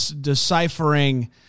deciphering